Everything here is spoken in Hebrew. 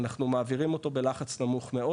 אנחנו מעבירים אותו בלחץ נמוך מאוד